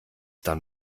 dann